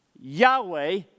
Yahweh